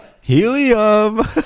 Helium